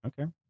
Okay